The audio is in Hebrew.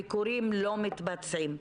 ביקורים לא מתבצעים.